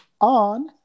on